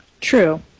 True